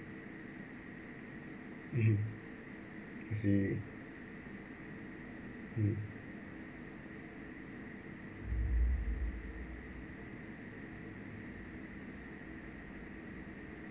mmhmm I see mm